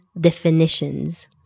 definitions